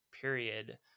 period